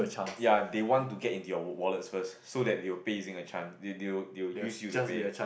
ya they want to get into your wallets first so they will pays in a chance they they they will use you to pay